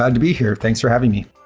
ah to be here. thanks for having me.